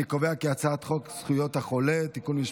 אני קובע כי הצעת חוק זכויות החולה (תיקון מס'